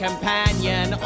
Companion